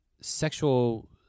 sexual